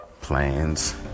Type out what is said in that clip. Plans